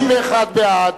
51 בעד,